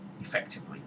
effectively